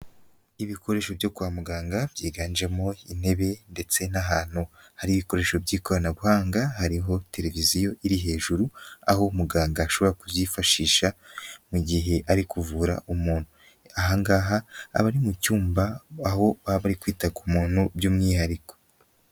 Ibikoresho byo kwa muganga byiganjemo intebe ndetse n'ahantu hari ibikoresho by'ikoranabuhanga, hariho televiziyo iri hejuru, aho umuganga ashobora kubyifashisha mu gihe ari kuvura umuntu; ahangaha abari mu cyumba, aho baba bari kwita ku muntu by'umwihariko.